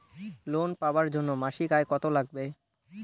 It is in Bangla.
লোন পাবার জন্যে মাসিক আয় কতো লাগবে?